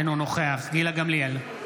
אינו נוכח גילה גמליאל,